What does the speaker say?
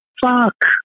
Fuck